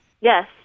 Yes